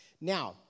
Now